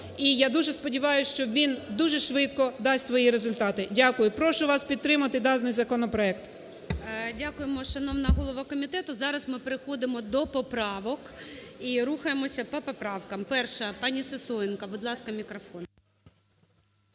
І я дуже сподіваюсь, що він дуже швидко дасть свої результати. Дякую. Прошу вас підтримати даний законопроект. ГОЛОВУЮЧИЙ. Дякуємо, шановна голово комітету. Зараз ми переходимо до поправок і рухаємося по поправкам. 1-а, пані Сисоєнко. Будь ласка, мікрофон.